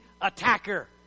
attacker